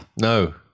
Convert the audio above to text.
No